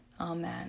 Amen